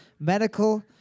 Medical